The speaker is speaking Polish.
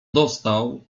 dostał